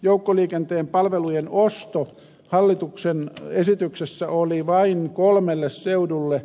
joukkoliikenteen palvelujen osto hallituksen esityksessä oli vain kolmelle seudulle